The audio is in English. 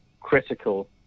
critical